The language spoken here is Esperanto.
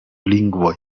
lingvoj